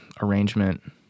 arrangement